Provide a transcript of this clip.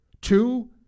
two